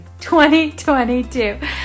2022